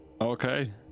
okay